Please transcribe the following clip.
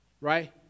Right